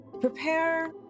Prepare